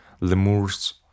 Lemur's